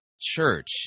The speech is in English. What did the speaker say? Church